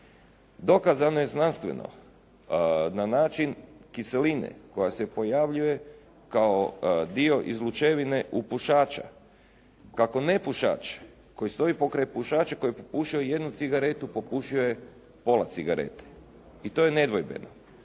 Dokazano je znanstveno, na način kiseline koja se pojavljuje kao dio izlučevine u pušača, kako nepušač koji stoji pokraj pušača koji je popušio jednu cigaretu popušio je pola cigareta. I to je nedvojbeno.